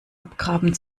abgraben